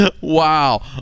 wow